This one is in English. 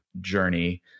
journey